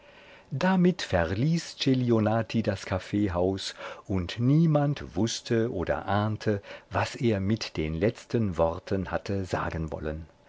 damit verließ celionati das kaffeehaus und niemand wußte oder ahnte was er mit den letzten worten hatte sagen wollen